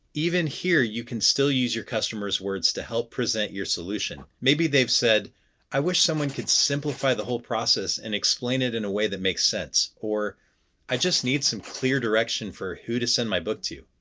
even here you can still use your customer's words to help present your solution. maybe they've said i wish someone could simplify the whole process and explain it in a way that makes sense, or i just need some clear direction for who to send my book to.